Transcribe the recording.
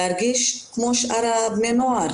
להרגיש כמו שאר בני הנוער,